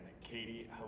Katie